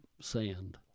sand